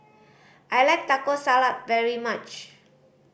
I like Taco Salad very much